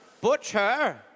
Butcher